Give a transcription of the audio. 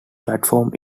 platform